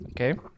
Okay